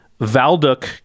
Valduk